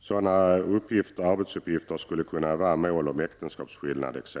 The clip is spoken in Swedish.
Sådana arbetsuppgifter skulle t.ex. kunna vara mål om äktenskapsskillnad.